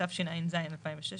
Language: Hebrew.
התשע"ז-2016,